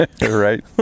Right